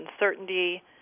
uncertainty